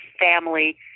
family